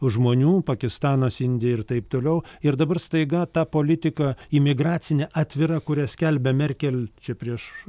žmonių pakistanas indija ir taip toliau ir dabar staiga ta politika imigracinė atvira kurią skelbia merkel čia prieš